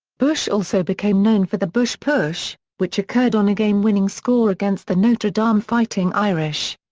bush also became known for the bush push, which occurred on a game-winning score against the notre dame fighting irish.